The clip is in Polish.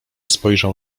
spojrzał